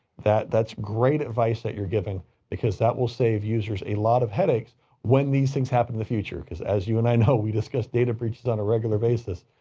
that, that's great advice that you're giving because that will save users a lot of headaches when these things happen in the future. because as you and know, we discuss data breaches on a regular basis,